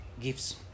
gifts